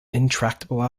intractable